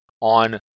on